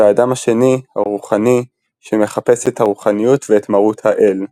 והאדם השני הרוחני שמחפש את הרוחניות ואת מרות האל.